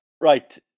Right